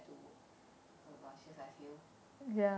to aloysius I feel